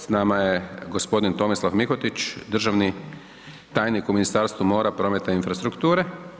S nama je gospodin Tomislav Mihotić, državni tajnik u Ministarstvu mora, prometa i infrastrukture.